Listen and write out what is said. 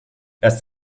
erst